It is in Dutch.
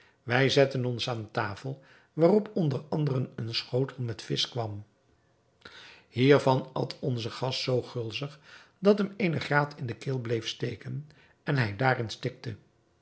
wij zetten ons aan tafel waarop onder anderen een schotel met visch kwam hiervan at onze gast zoo gulzig dat hem eene graat in de keel bleef zitten en hij daarin stikte